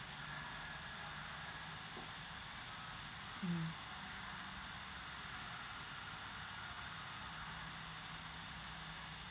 mm